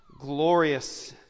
glorious